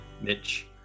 Mitch